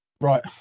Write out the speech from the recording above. Right